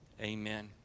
amen